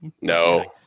no